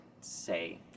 say